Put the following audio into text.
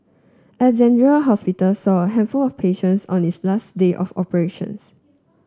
Alexandra Hospital saw a handful of patients on its last day of operations